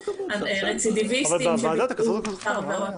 רצידיוויסטים שביצעו מספר עבירות.